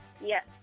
Yes